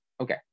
Okay